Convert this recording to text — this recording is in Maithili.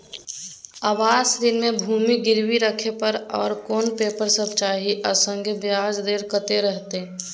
आवास ऋण म भूमि गिरवी राखै पर आर कोन पेपर सब चाही आ संगे ब्याज दर कत्ते रहते?